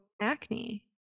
acne